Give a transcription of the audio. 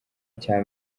cya